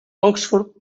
oxford